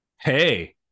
Hey